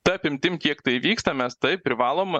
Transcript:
ta apimtimi kiek tai vyksta mes taip privalom